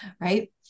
right